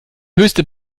höchste